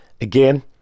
Again